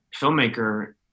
filmmaker